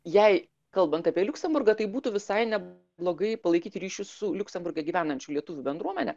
jei kalbant apie liuksemburgą tai būtų visai ne blogai palaikyti ryšius su liuksemburge gyvenančių lietuvių bendruomene